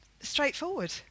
straightforward